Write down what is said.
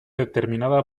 determinada